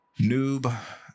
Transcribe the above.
Noob